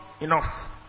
enough